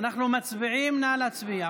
נא להצביע.